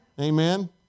Amen